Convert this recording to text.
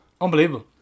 Unbelievable